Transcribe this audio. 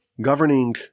governing